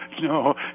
no